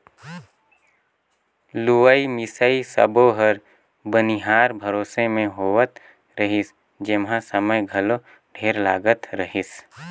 लुवई मिंसई सब्बो हर बनिहार भरोसा मे होवत रिहिस जेम्हा समय घलो ढेरे लागत रहीस